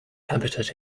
habitat